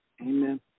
Amen